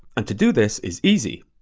and to do this is easy.